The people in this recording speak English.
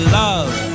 love